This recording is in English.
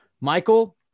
Michael